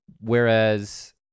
Whereas